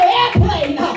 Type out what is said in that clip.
airplane